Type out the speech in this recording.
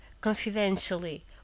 confidentially